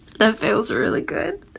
that feels really good.